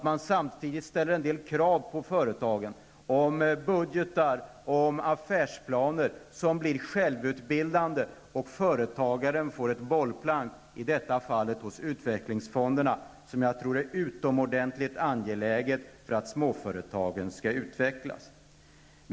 Man ställer en del krav på företagen när det gäller budgetar och affärsplaner, och företagen blir självutbildande, och företagaren får ett bollplank, i detta fall hos utvecklingsfonderna, vilket jag tror är utomordentligt angeläget för att småföretagen skall utvecklas.